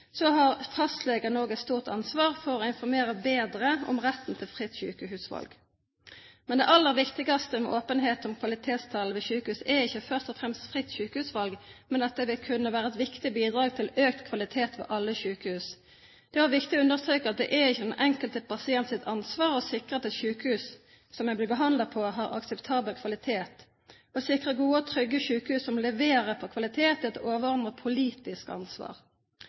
Så har fastlegene også et stort ansvar for å informere bedre om retten til fritt sykehusvalg. Det aller viktigste med åpenhet om kvalitetstall ved sykehus er ikke først og fremst fritt sykehusvalg, men at det vil kunne være et viktig bidrag til økt kvalitet ved alle sykehus. Det er også viktig å understreke at det ikke er den enkelte pasients ansvar å sikre at sykehuset man blir behandlet på, har akseptabel kvalitet. Å sikre gode og trygge sykehus som leverer på kvalitet, er et overordnet politisk ansvar.